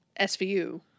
SVU